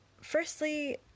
firstly